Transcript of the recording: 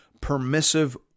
permissive